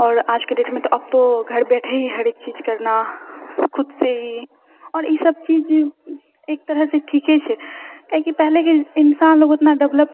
आओर आजके डेटमे तऽ अब तो घर बैठे ही हरेक चीज करना खुद से ही आओर ई सबचीज एक तरहसँ ठीके छै किआकि पहिलेके इंसान लोग उतना डेवलप